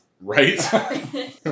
Right